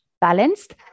balanced